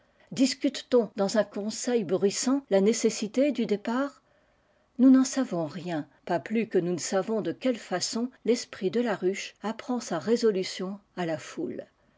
discute t on dans un con seil bruissant la nécessité du départ nous n'en savons rien pas plus que nous ne savons de quelle façon l'esprit de la ruche apprend sa résolution à la foule